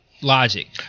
logic